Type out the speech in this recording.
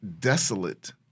desolate